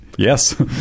Yes